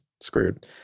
screwed